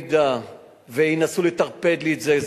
אם ינסו לטרפד לי את זה,